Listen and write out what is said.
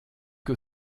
que